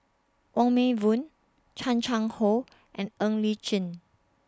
Wong Meng Voon Chan Chang How and Ng Li Chin